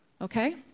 Okay